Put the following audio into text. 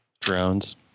drones